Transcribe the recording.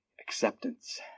acceptance